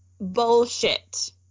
bullshit